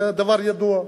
זה דבר ידוע.